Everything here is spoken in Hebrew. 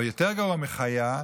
או יותר גרוע מחיה,